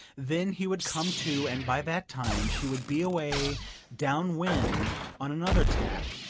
then he would come to, and by that time she would be away down wind on another tack,